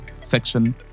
section